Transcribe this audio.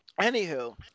anywho